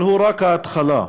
אבל הוא רק ההתחלה,